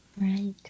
Right